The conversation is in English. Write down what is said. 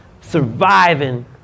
surviving